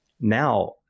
now